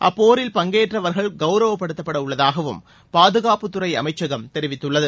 அப்போரில் பங்கேற்றவர்கள் கவுரவப்படுத்தப்படவுள்ளதாகவும் பாதுகாப்புத்துறை அமைச்சகம் தெரிவித்துள்ளது